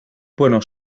bueno